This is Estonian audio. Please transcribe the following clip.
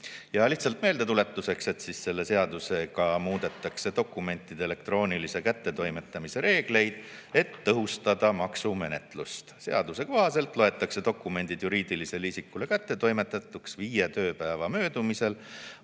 Lihtsalt meeldetuletuseks: selle seadusega muudetakse dokumentide elektroonilise kättetoimetamise reegleid, et tõhustada maksumenetlust. Seaduse kohaselt loetakse dokumendid juriidilisele isikule kättetoimetatuks viie tööpäeva möödumisel